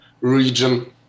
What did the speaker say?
region